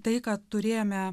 tai ką turėjome